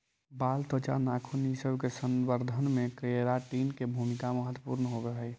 बाल, त्वचा, नाखून इ सब के संवर्धन में केराटिन के भूमिका महत्त्वपूर्ण होवऽ हई